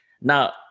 Now